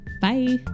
Bye